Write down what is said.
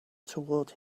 toward